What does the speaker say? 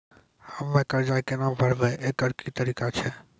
हम्मय कर्जा केना भरबै, एकरऽ की तरीका छै?